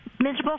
Miserable